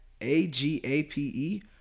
A-G-A-P-E